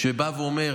בא ואומר: